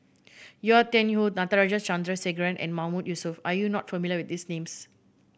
Yau Tian Yau Natarajan Chandrasekaran and Mahmood Yusof are you not familiar with these names